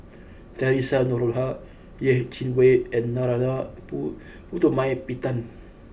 Theresa Noronha Yeh Chi Wei and Narana pu Putumaippittan